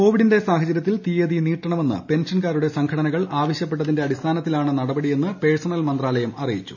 കോവിഡിന്റെ സാഹചര്യത്തിൽ തീയതി നീട്ടണമെന്ന് പെൻഷൻകാരുടെ സംഘടനകൾ ആവശ്യപ്പെട്ടതിന്റെ അടിസ്ഥാനത്തിലാണ് നടപടിയെന്ന് പേഴ്സണൽ മന്ത്രാലയം അറിയിച്ചു